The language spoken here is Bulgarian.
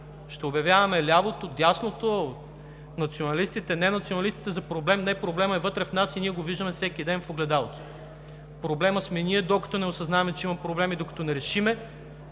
ще обявяваме лявото, дясното, националистите, не-националистите за проблем? Не, проблемът е вътре в нас и ние го виждаме всеки ден в огледалото. Проблемът сме ние, докато не осъзнаем, че има проблем и докато не решим,